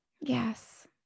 Yes